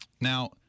Now